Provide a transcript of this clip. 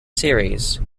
series